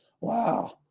Wow